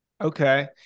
Okay